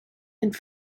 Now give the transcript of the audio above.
and